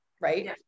Right